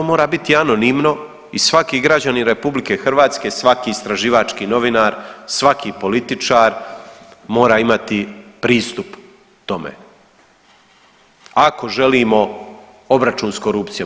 To mora biti anonimno i svaki građanin RH, svaki istraživački novinar, svaki političar mora imati pristup tome ako želimo obračun s korupcijom.